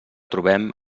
trobem